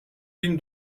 bin